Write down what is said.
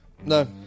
no